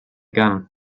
gun